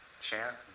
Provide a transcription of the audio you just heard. chant